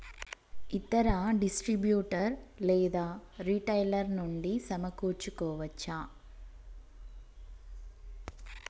ఇతర డిస్ట్రిబ్యూటర్ లేదా రిటైలర్ నుండి సమకూర్చుకోవచ్చా?